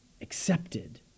accepted